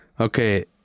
okay